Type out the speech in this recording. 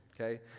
okay